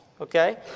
Okay